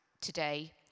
today